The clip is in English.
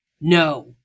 No